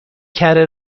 کره